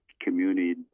community